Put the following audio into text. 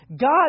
God